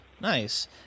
Nice